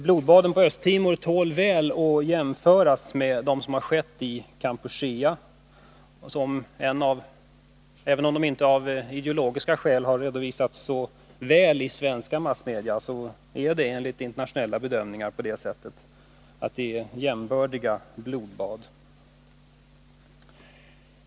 Blodbaden på Östra Timor tål väl att jämföras med dem som har skett i Kampuchea. Även om de av ideologiska skäl inte har redovisats så väl i svenska massmedia, är de enligt internationella bedömningar jämbördiga.